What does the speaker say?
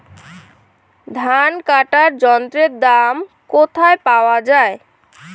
ধান কাটার যন্ত্রের দাম কোথায় পাওয়া যায়?